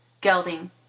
Gelding